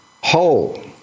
Whole